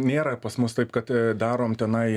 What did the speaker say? nėra pas mus taip kad darom tenai